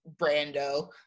Brando